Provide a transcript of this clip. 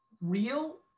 real